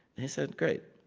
he said, great.